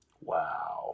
Wow